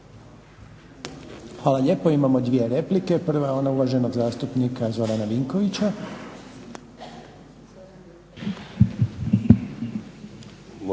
Hvala lijepo. Imao 2 replike. Prva je ona uvaženog zastupnika Zorana Vinkovića.